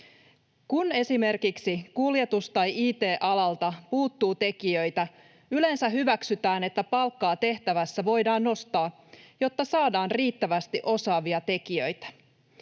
Kun esimerkiksi kuljetus- tai it-alalta puuttuu tekijöitä, yleensä hyväksytään, että palkkaa tehtävässä voidaan nostaa, jotta saadaan riittävästi osaavia tekijöitä.